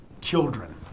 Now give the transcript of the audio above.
children